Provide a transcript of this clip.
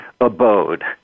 abode